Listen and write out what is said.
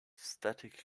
static